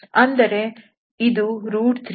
ಅಂದರೆ ಇದು 3